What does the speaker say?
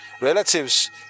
relatives